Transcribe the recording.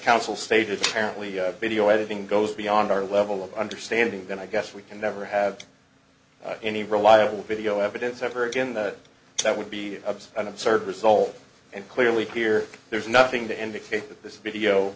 counsel stage apparently video editing goes beyond our level of understanding then i guess we can never have any reliable video evidence ever again that that would be of an absurd result and clearly here there is nothing to indicate that this video